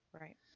Right